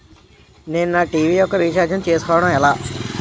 నేను నా టీ.వీ యెక్క రీఛార్జ్ ను చేసుకోవడం ఎలా?